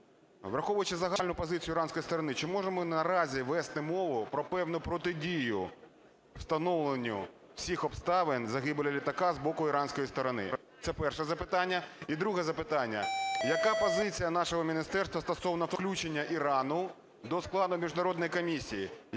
враховуючи загальну позицію іранської сторони, чи можемо ми наразі вести мову про певну протидію встановленню всіх обставин загибелі літака з боку іранської сторони? Це перше запитання. І друге запитання. Яка позиція нашого міністерства стосовно включення Ірану до складу міжнародної комісії